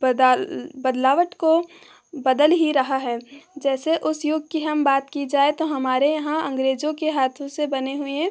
बदलावट को बदल ही रहा है जैसे उस युग की हम बात की जाए तो हमारे यहाँ अंग्रेजों के हाथों से बने हुए